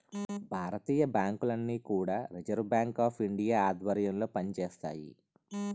భారతీయ బ్యాంకులన్నీ కూడా Reserve Bank of India ఆధ్వర్యంలో పనిచేస్తాయి